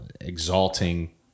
Exalting